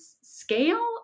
scale